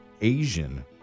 Asian